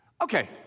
okay